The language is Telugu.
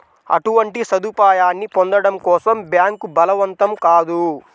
అటువంటి సదుపాయాన్ని పొందడం కోసం బ్యాంక్ బలవంతం కాదు